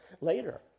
later